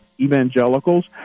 evangelicals